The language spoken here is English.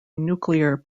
nuclear